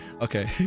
Okay